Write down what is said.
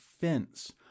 fence